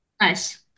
Nice